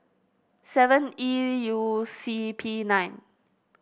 seven E U C P nine